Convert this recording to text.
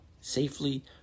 safely